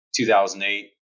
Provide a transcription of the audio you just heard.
2008